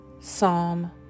Psalm